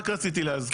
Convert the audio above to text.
אז רק רציתי להזכיר.